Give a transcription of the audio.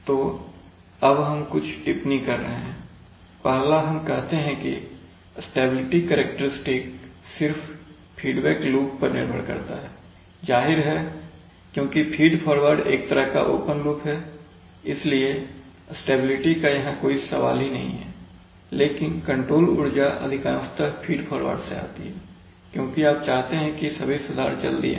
तो अब हम कुछ टिप्पणी कर रहे हैं पहला हम कहते हैं कि स्टेबिलिटी करैक्टेरिस्टिक सिर्फ फीडबैक लूप पर निर्भर करता है जाहिर है क्योंकि फीड फॉरवर्ड एक तरह का ओपन लूप है इसलिए स्टेबिलिटी का यहां कोई सवाल ही नहीं है लेकिन कंट्रोल ऊर्जा अधिकांशतः फीड फॉरवर्ड से आती है क्योंकि आप चाहते हैं कि सभी सुधार जल्दी आए